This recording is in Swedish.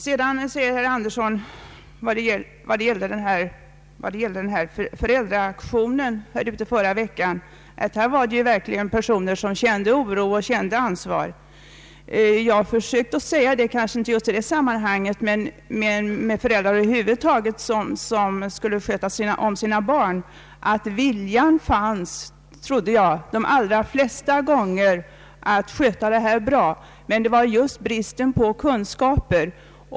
Herr Andersson talade också om förra veckans föräldraaktion. Till det vill jag säga att där var det människor som kände oro och ansvar. Jag har försökt säga, kanske inte just i det samman hanget men om föräldrar över huvud taget och deras möjligheter att sköta om sina barn, att vilja finns det de allra flesta gånger, men det brister i fråga om kunskaper.